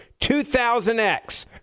2000X